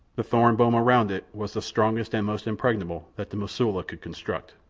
the thorn boma round it was the strongest and most impregnable that the mosula could construct.